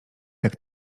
jak